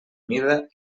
mida